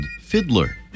Fiddler